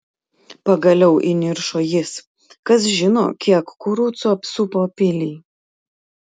pagaliau įniršo jis kas žino kiek kurucų apsupo pilį